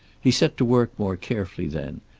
he set to work more carefully then,